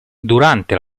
durante